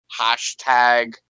hashtag